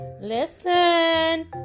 Listen